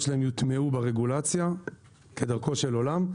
שלהם יוטמעו ברגולציה כדרכו של עולם,